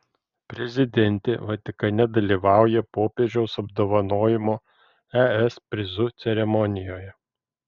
prezidentė vatikane dalyvauja popiežiaus apdovanojimo es prizu ceremonijoje